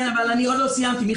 עוד לא סיימתי.